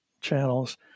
channels